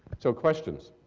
so, questions?